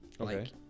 Okay